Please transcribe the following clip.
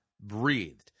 breathed